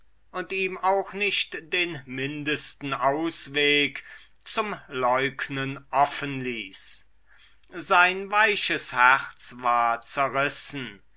und ihm auch nicht den mindesten ausweg zum leugnen offenließ sein weiches herz war zerrissen